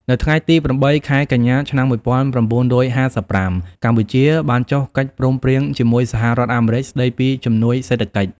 នៅថ្ងៃទី ៨ ខែកញ្ញា ឆ្នាំ១៩៥៥ កម្ពុជាបានចុះកិច្ចព្រមព្រៀងជាមួយ សហរដ្ឋអាមេរិក ស្តីពីជំនួយសេដ្ឋកិច្ច។